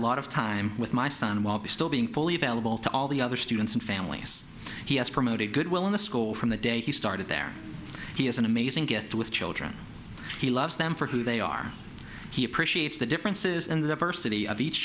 a lot of time with my son while still being fully available to all the other students and families he has promoted goodwill in the school from the day he started there he has an amazing gift with children he loves them for who they are he appreciates the differences and the diversity of each